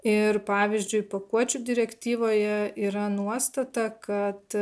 ir pavyzdžiui pakuočių direktyvoje yra nuostata kad